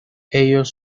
ellos